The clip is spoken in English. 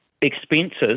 expenses